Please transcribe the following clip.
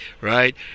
right